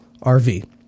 RV